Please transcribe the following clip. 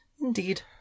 indeed